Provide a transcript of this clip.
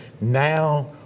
Now